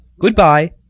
Goodbye